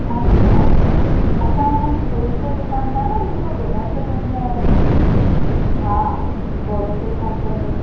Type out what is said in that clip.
हा सीमा असां हुन ॾींहुं सुरेश जी दुकान त न हिकिड़ो डिनर सेट वठी आहियासीं हा बोरोसिल कंपनी